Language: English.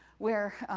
where,